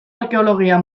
arkeologia